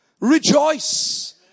Rejoice